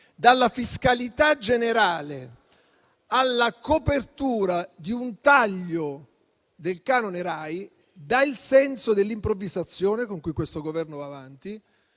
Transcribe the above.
dalla fiscalità generale alla copertura di un taglio del canone RAI, dà il senso dell'improvvisazione con cui questo Governo va avanti,